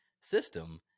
system